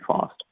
fast